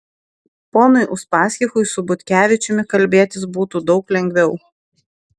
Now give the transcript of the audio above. ponui uspaskichui su butkevičiumi kalbėtis būtų daug lengviau